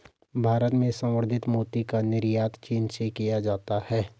भारत में संवर्धित मोती का निर्यात चीन से किया जाता है